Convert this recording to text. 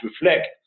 reflect